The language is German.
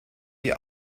die